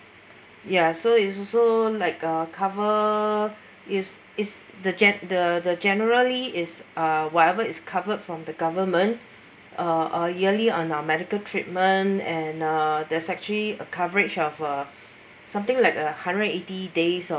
ya so is also like a cover it's it's the gen~the generally is uh whatever is covered from the government uh uh yearly on our medical treatment and uh there's actually a coverage of uh something like a hundred and eighty days